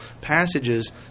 passages